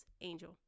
angel